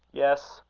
yes,